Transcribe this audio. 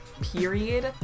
Period